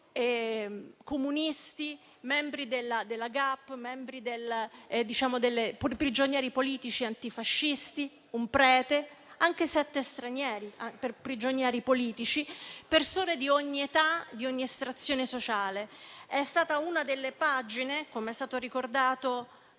comunisti, membri dei GAP, prigionieri politici antifascisti, un prete ed anche 7 stranieri prigionieri politici, persone di ogni età e estrazione sociale. È stata una delle pagine - com'è stato ricordato